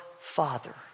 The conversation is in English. Father